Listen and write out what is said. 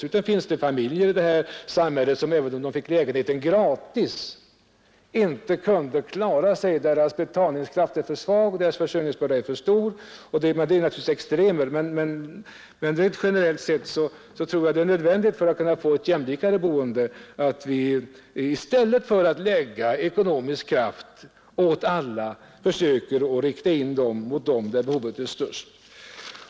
Det finns dessutom familjer i detta samhälle som även om de fick lägenhet gratis inte kunde klara sig, eftersom deras försörjningsbörda är för stor och deras betalningskraft för svag. Det är naturligtvis extremfall, men generellt sett tror jag att det för att få ett jämlikare boende är nödvändigt att vi i stället för att ge subvention åt alla försöker rikta in kraften där behovet är störst.